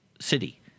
city